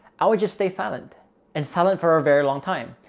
i would just stay silent and silent for a very long time.